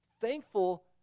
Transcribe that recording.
Thankful